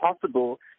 possible